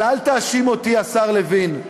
אבל אל תאשים אותי, השר לוין.